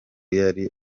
yari